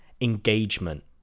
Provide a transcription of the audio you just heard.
engagement